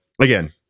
again